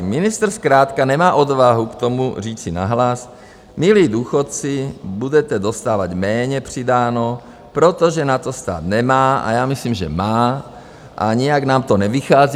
Ministr zkrátka nemá odvahu k tomu říci nahlas milí důchodci, budete dostávat méně přidáno, protože na to stát nemá a já myslím, že má a nijak nám to nevychází.